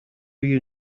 you